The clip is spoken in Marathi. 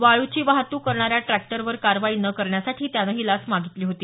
वाळूची वाहतूक करणा या ट्रॅक्टरवर कारवाई न करण्यासाठी त्यानं ही लाच मागितली होती